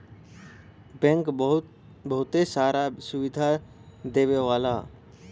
bank बहुते सारी सुविधा देवला